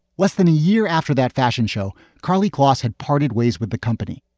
less than a year after that fashion show, karlie kloss had parted ways with the company.